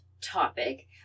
topic